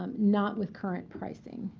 um not with current pricing.